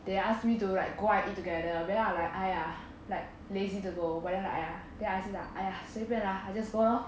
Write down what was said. they ask me to like go out and eat together then I'm like !aiya! like lazy to go but then like !aiya! then I 就讲 !aiya! 随便 lah just go lor